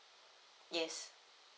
yes